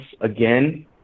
again